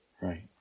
Right